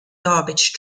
garbage